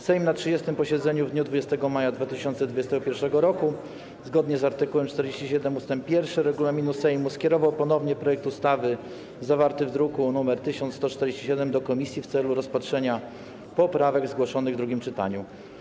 Sejm na 30. posiedzeniu w dniu 20 maja 2021 r., zgodnie z art. 47 ust. 1 regulaminu Sejmu, skierował ponownie projekt ustawy zawarty w druku nr 1147 do komisji w celu rozpatrzenia poprawek zgłoszonych w drugim czytaniu.